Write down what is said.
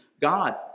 God